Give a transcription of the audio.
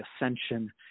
ascension